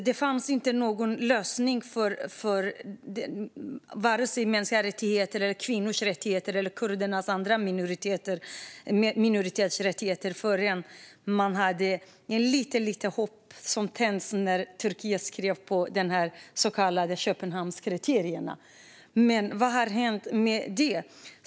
Det fanns inte någon lösning för vare sig mänskliga rättigheter eller kvinnors rättigheter eller kurdernas och andra minoriteters rättigheter förrän när lite, lite hopp tändes då Turkiet skrev på de så kallade Köpenhamnskriterierna. Men vad har hänt med det?